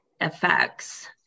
effects